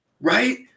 right